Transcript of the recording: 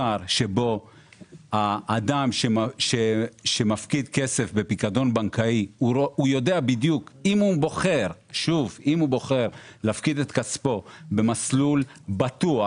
אם אדם שמפקיד כסף בפיקדון בנקאי בוחר להפקיד את כספו במסלול בטוח,